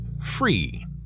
free